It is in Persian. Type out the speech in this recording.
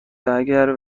اگه